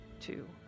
Two